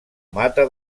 mata